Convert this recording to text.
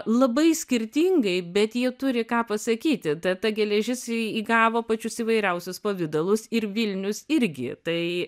labai skirtingai bet jie turi ką pasakyti ta ta geležis įgavo pačius įvairiausius pavidalus ir vilnius irgi tai